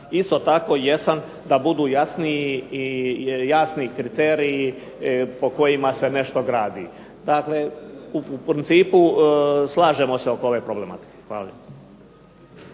isto tako jesam da budu jasni kriteriji po kojima se nešto gradi. Dakle, u principu slažemo se oko ove problematike. Hvala